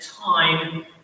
time